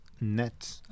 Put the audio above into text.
net